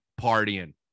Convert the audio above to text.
partying